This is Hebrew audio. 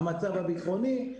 המצב הביטחוני,